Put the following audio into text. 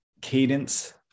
cadence